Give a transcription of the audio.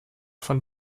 von